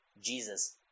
Jesus